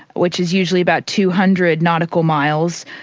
which is usually about two hundred nautical miles.